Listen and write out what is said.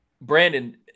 Brandon